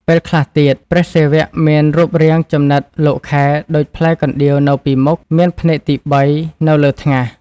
ពេលខ្លះទៀត ព្រះសិវៈមានរូបរាងចំណិតលោកខែដូចផ្លែកណ្តៀវ នៅពីមុខ មានភ្នែកទី៣ នៅលើថ្ងាស។